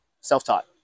Self-taught